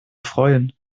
freuen